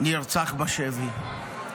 נרצח בשבי.